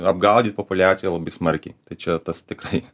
apgaudyt populiaciją labai smarkiai tai čia tas tikrai